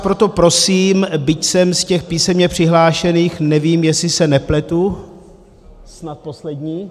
Proto vás prosím, byť jsem z těch písemně přihlášených, nevím jestli se nepletu, snad poslední.